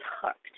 hooked